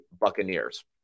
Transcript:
Buccaneers